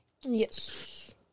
Yes